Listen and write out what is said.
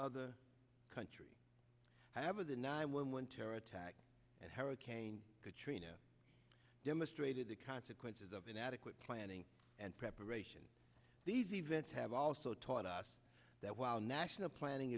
other country however the nih when one terror attack and hurricane katrina demonstrated the consequences of inadequate planning and preparation these events have also taught us that while national planning